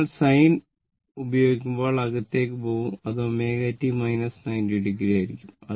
നിങ്ങൾ sin ഉപയിഗികുമ്പോൾ അകത്തേക്ക് പോകും അത് ω t 90 o ആയിരിക്കും